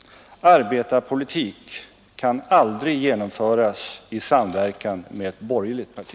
Arbetarpolitik kan aldrig genomföras i samverkan med ett borgerligt parti.